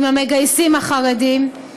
עם המגייסים החרדים.